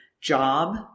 job